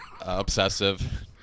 obsessive